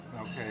okay